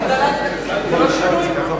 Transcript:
הגדרת התקציבים זה לא שינוי?